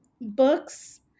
Books